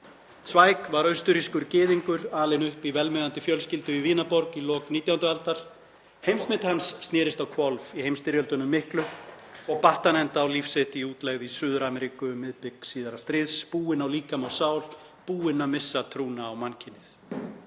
Zweig var austurrískur gyðingur og alinn upp í velmegandi fjölskyldu í Vínarborg í lok 19. aldar. Heimsmynd hans snerist á hvolf í heimsstyrjöldunum miklu og batt hann enda á líf sitt í útlegð í Suður-Ameríku um miðbik síðara stríðs, búinn á líkama og sál, búinn að missa trúna á mannkynið.